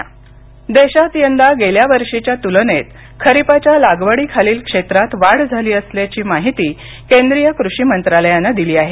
खरीप पेरणी देशात यंदा गेल्यावर्षीच्या तुलनेत खरीपाच्या लागवडीखालील क्षेत्रात वाढ झाली असल्याची माहिती केंद्रीय कृषी मंत्रालयानं दिली आहे